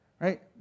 Right